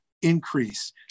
increase